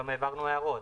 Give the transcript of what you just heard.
גם העברנו הערות,